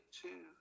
two